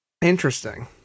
Interesting